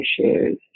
issues